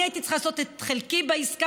אני הייתי צריכה לעשות את חלקי בעסקה,